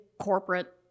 corporate